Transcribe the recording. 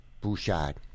Bouchard